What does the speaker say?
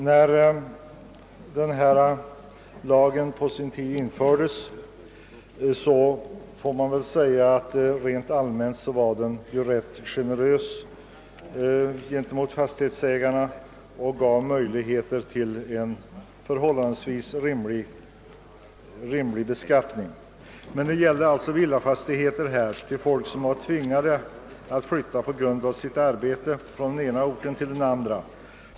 När den nuvarande lagen på sin tid infördes, var den väl rent allmänt sett ganska generös mot fastighetsägarna och gav möjligheter till en förhållandevis rimlig beskattning. Nu gäller det emellertid folk som av brist på arbete tvingas flytta från sin villafastighet, sälja den och ta arbete på annan ort.